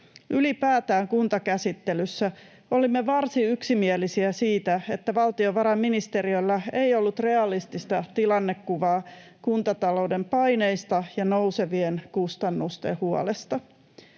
Ylipäätään olimme kuntakäsittelyssä varsin yksimielisiä siitä, että valtiovarainministeriöllä ei ollut realistista tilannekuvaa kuntatalouden paineista ja nousevien kustannusten huolesta.